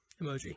emoji